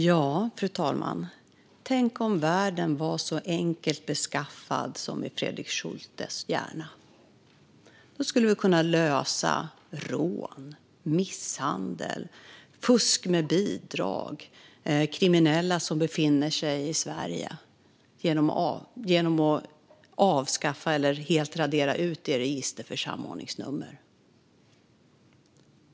Fru talman! Ja, tänk om världen var så enkelt beskaffad som den är i Fredrik Schultes hjärna! Då skulle vi kunna lösa rån, misshandel, fusk med bidrag och problem med kriminella som befinner sig i Sverige genom att avskaffa eller helt radera ut registret för samordningsnummer.